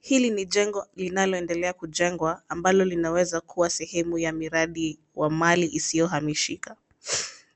Hili ni jengo linaloendelea kujengwa ambalo linaweza kuwa sehemu ya miradi wa mali isiyohamishika.